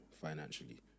financially